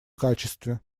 качестве